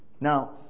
Now